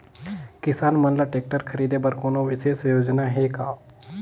किसान मन ल ट्रैक्टर खरीदे बर कोनो विशेष योजना हे का?